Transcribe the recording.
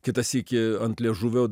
kitą sykį ant liežuvio